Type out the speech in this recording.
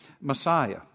Messiah